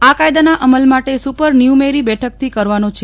આ કાયદાના અમલ માટે સુપર ન્યુમેરી બેઠકથી કરવાનો છે